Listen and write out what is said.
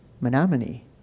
Menominee